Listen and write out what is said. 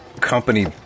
company